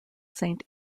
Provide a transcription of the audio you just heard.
saint